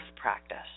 practice